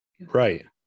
Right